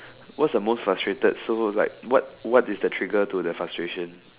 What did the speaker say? what's the most frustrated so it's like what what is the trigger to the frustration